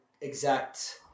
exact